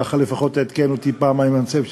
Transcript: ככה לפחות עדכן אותי פעם איימן סייף,